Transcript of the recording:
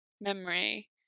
memory